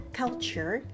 culture